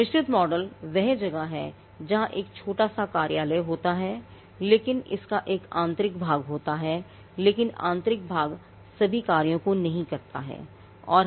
मिश्रित मॉडल वह जगह है जहां एक छोटा सा कार्यालय होता है लेकिन इसका एक आंतरिक भाग होता है लेकिन आंतरिक भाग सभी कार्यों को नहीं करता है